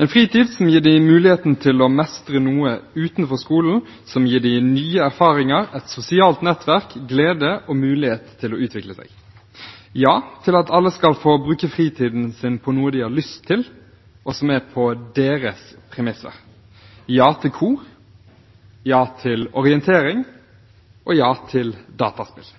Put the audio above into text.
en fritid som gir dem mulighet til å mestre noe utenfor skolen, som gir dem nye erfaringer, et sosialt nettverk, glede og mulighet til å utvikle seg – ja til at alle skal få bruke fritiden sin på noe de har lyst til, og som er på deres premisser, ja til kor, ja til orientering og ja til dataspill.